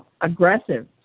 aggressive